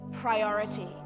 priority